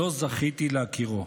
שלא זכיתי להכירו.